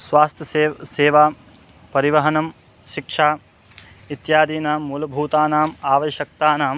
स्वास्थ्यसेवा सेवा परिवहनं शिक्षा इत्यादीनां मूलभूतानाम् आवश्यकतानां